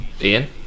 Ian